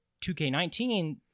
2K19